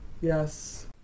Yes